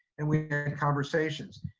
and we are in conversations.